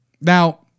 Now